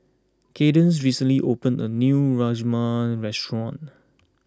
Kaydence recently opened a new Rajma restaurant